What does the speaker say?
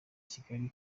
kigali